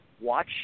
watch